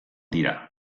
dira